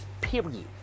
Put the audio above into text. period